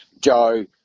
Joe